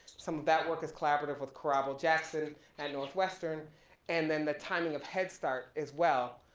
some of that work is collaborative with kirabo jackson at northwestern and then the timing of headstart as well,